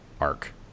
Arc